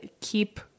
keep